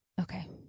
okay